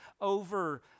over